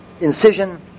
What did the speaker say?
incision